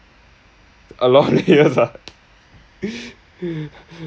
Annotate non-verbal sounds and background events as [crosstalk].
a lot of years ah [laughs]